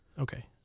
Okay